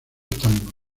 tango